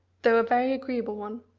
though a very agreeable one.